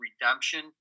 redemption